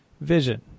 vision